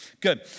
Good